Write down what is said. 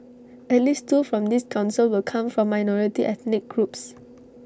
at least two from this Council will come from minority ethnic groups